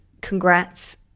congrats